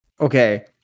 Okay